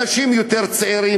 אנשים יותר צעירים,